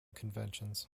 conventions